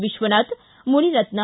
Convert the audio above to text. Vishwanath Munirathna